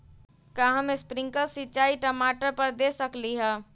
का हम स्प्रिंकल सिंचाई टमाटर पर दे सकली ह?